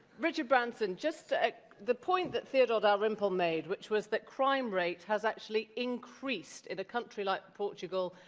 richard branson, just ah the point that theodore dalrymple made, which was that crime rate has actually increased in a country like portugal,